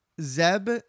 Zeb